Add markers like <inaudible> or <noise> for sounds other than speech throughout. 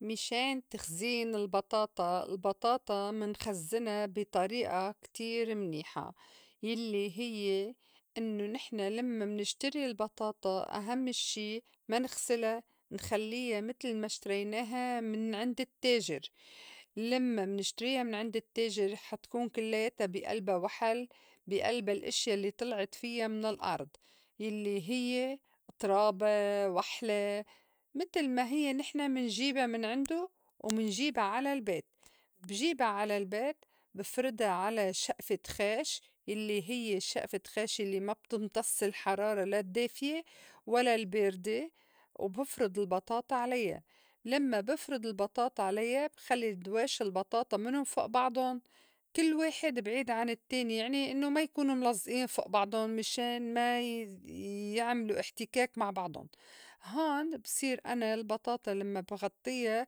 مِشان تخزين البطاطا، البطاطا منخزّنا بي طريقة كتير منيحة يلّي هيّ إنّو نحن لمّا منشتري البطاطا أهمّ شي ما نغسلا منخلّيا متل ما اشتريناها من عند التّاجر, لمّا منشتريا من عند التّاجر حتكون كلّياتا بي ألبا وحل بي ألبا الإشيا الّي طلعت فيّا من الأرض يلّي هيّ ترابا، وحْلا، متل ما هيّ نحن منجيبا من عندو <noise> ومنجيبا على البيت بجيبا على البيت بفردا عى شئفة خاش يلّي هيّ شئفة خاش يلّي ما بتمتص الحرارة لا الدّافية ولا الباردة وبفرُد البطاطا عليّا لمّا بفرد البطاطا عليّا بخلّي دواش البطاطا منّن فوء بَعْضُن كل واحد بعيد عن التّاني يعني إنّو ما يكون ملزئين فوء بَعْضُن مِشان ما ي- يعملو إحتكاك مع بَعْضُن هون بصير أنا البطاط لمّا بغطّيا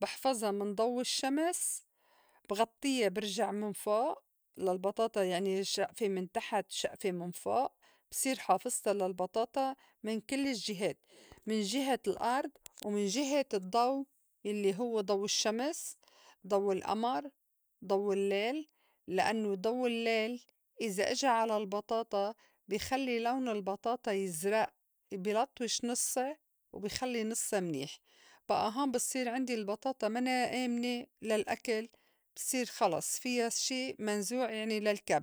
بِحفظا من ضو الشّمس بغطّيا برجع من فوء للبطاطا يعني شئفة من تحت شئفة من فوء بصير حافظتا للبطاطا من كل الجهات <noise> من جهة الأرض ومن جهة الضّو يلّي هوّ ضو الشّمس، ضو الئمر، ضو اللّيل لإنّو ضو اللّيل إذا إجا على البطاطا بيخلّي لون البطاطا يزرَء بيلطوش نِصّا وبي خلّي نِصّا منيح بئا هون بتصير عندي البطاطا منّا آمنة للأكل بتصير خلص فيا شي منزوع يعني للكب. أ